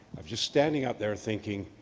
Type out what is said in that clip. i'm just standing out there thinking,